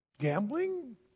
Gambling